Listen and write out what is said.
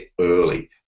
early